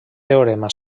teorema